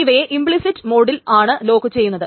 ഇവയെ ഇംപ്ളിസിറ്റ് മോഡിൽ ആണ് ലോക്ക് ചെയ്യുന്നത്